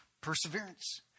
perseverance